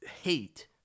hate